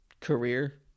career